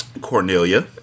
cornelia